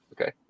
okay